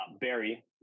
Barry